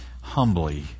humbly